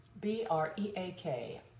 B-R-E-A-K